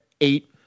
eight